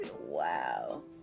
wow